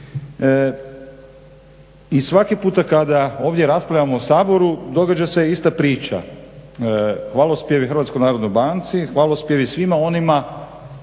I svaki puta kada ovdje raspravljamo u Saboru događa se ista priča, hvalospjevi HNB-u, hvalospjevi svima onima